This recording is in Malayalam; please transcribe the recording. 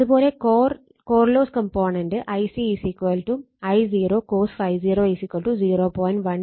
അത് പോലെ core loss component Ic I0 cos ∅0 0